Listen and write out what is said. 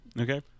Okay